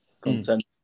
content